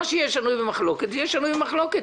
מה שיהיה שנוי במחלוקת יהיה שנוי במחלוקת.